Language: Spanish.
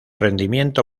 rendimiento